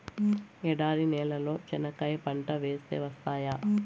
ఎడారి నేలలో చెనక్కాయ పంట వేస్తే వస్తాయా?